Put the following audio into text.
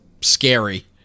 scary